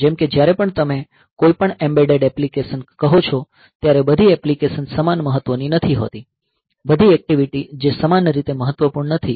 જેમ કે જ્યારે પણ તમે કોઈપણ એમ્બેડેડ એપ્લિકેશન કહો છો ત્યારે બધી એપ્લીકેશન સમાન મહત્વની નથી હોતી બધી એક્ટિવિટી જે સમાન રીતે મહત્વપૂર્ણ નથી